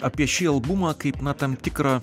apie šį albumą kaip na tam tikrą